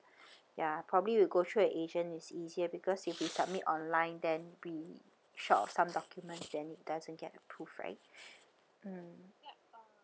ya probably we'll go through a agent it's easier because if we submit online then we short of some documents then it doesn't get approved right mm